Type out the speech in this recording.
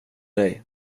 dig